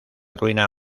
ruina